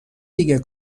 دیگه